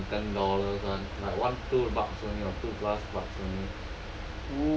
like less than ten dollars [one] like one two bucks only or two plus bucks only